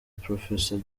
professor